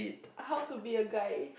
how to be a guy